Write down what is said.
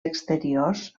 exteriors